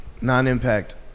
Non-impact